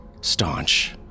Staunch